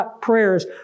prayers